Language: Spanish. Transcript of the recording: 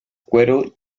cuero